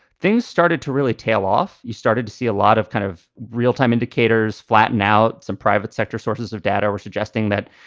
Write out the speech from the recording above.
things started to really tail off. you started to see a lot of kind of real-time indicators flatten out some private sector sources of data suggesting that,